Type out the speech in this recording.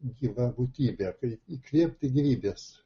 gyva būtybė tai įkvėpti gyvybės